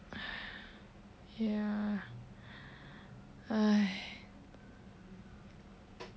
ya !haiya!